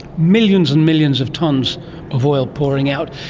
millions and millions of tonnes of oil pouring out,